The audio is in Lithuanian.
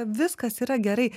viskas yra gerai